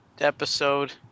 episode